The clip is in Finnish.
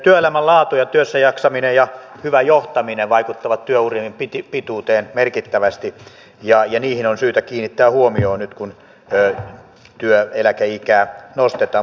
työelämän laatu ja työssäjaksaminen ja hyvä johtaminen vaikuttavat työurien pituuteen merkittävästä ja niihin on syytä kiinnittää huomiota nyt kun työeläkeikää nostetaan